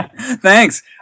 Thanks